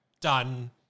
done